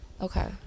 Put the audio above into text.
Okay